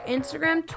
Instagram